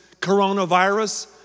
coronavirus